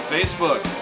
Facebook